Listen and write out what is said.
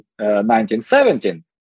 1917